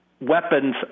weapons